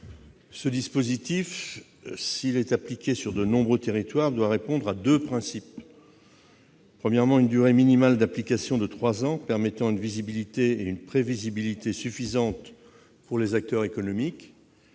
Ce dispositif, s'il est appliqué sur de nombreux territoires, doit répondre à deux principes. Tout d'abord, une durée minimale d'application de trois ans offrira une visibilité et une prévisibilité suffisantes pour les acteurs économiques.